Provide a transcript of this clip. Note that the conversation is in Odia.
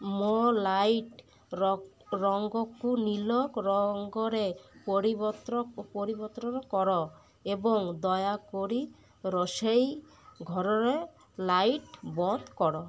ମୋର ଲାଇଟ୍ ରଙ୍ଗକୁ ନୀଳ ରଙ୍ଗରେ ପରିବର୍ତ୍ତନ କର ଏବଂ ଦୟାକରି ରୋଷେଇ ଘରର ଲାଇଟ୍ ବନ୍ଦ କର